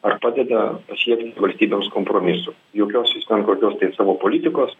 ar padeda pasiekiant valstybėms kompromisų jokios jis kokios ten taip savo politikos